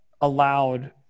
allowed